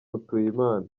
mutuyimana